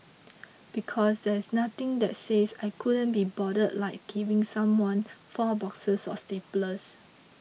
because there is nothing that says I couldn't be bothered like giving someone four boxes of staples